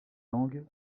langue